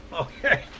okay